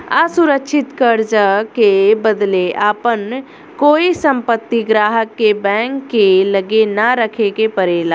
असुरक्षित कर्जा के बदले आपन कोई संपत्ति ग्राहक के बैंक के लगे ना रखे के परेला